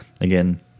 again